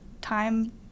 time